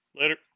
Later